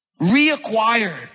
reacquired